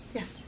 Yes